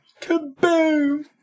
Kaboom